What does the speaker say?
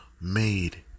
made